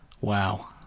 Wow